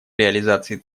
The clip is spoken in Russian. реализации